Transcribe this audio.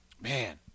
man